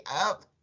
up